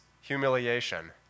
humiliation